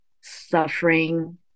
suffering